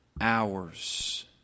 hours